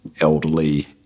elderly